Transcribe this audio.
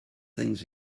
things